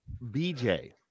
BJ